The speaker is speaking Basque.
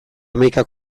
hamaika